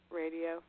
radio